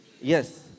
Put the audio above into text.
yes